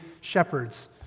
shepherds